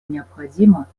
необходима